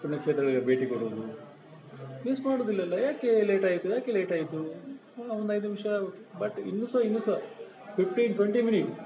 ಪುಣ್ಯಕ್ಷೇತ್ರಗಳಿಗೆ ಭೇಟಿ ಕೊಡೋದು ಮಿಸ್ ಮಾಡುವುದಿಲ್ಲಲ್ಲ ಯಾಕೆ ಲೇಟಾಯಿತು ಯಾಕೆ ಲೇಟಾಯಿತು ಒಂದೈದು ನಿಮಿಷ ಓಕೆ ಬಟ್ ಇನ್ನೂ ಸಹ ಇನ್ನೂ ಸಹ ಫಿಫ್ಟೀನ್ ಟ್ವೆಂಟಿ ಮಿನಿಟ್